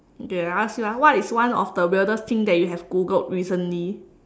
okay I ask you ah what is one of the weirdest thing that you have Googled recently